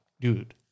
Dude